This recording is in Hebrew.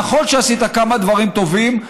נכון שעשית כמה דברים טובים.